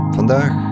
Vandaag